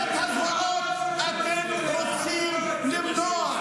ואתם רוצים להסתיר מהעולם.